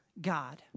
God